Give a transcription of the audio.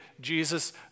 Jesus